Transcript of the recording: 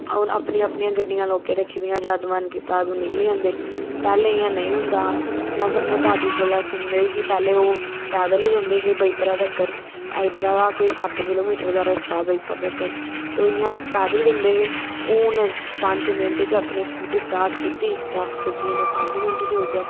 हून अपनियां अपनियां गड्डियां लोकें रक्खी दियां जदूं मन कीते ओह् निकली जंदे पैह्लें इयां नेईं होंदा हा हुन असें अपने दादू कोला सुने दा ओह् पैह्लें पैद्दल गै जंदे हे बाई पुरै तक्कर इध्दरा दा कोई सत्त किलेमीटर दा रस्ता ऐ बाईपरै तक्कर ते ओह् इयां पैद्दल जंदे हे हून पैज मिन्ट च अपनी स्कूटी स्टार्ट कीती ते अप पुज्जी जन्ने पंज मिन्ट च उध्दर